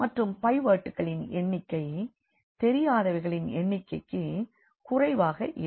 மற்றும் பைவோட்களின் எண்ணிக்கை தெரியாதவைகளின் எண்ணிக்கைக்கு குறைவாக இருக்கும்